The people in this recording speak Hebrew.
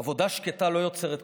עבודה שקטה לא יוצרת כותרות,